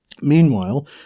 Meanwhile